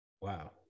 wow